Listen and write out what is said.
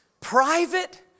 Private